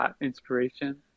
inspiration